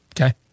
Okay